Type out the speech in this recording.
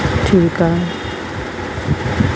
ठीकु आहे